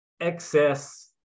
excess